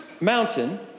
mountain